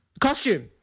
Costume